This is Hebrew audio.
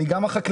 אני גם החקלאי,